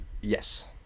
Yes